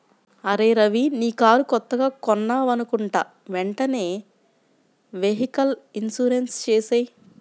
అరేయ్ రవీ నీ కారు కొత్తగా కొన్నావనుకుంటా వెంటనే వెహికల్ ఇన్సూరెన్సు చేసేయ్